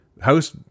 house